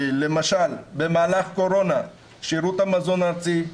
למשל במהלך קורונה שירות המזון הארצי,